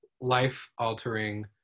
life-altering